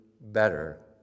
better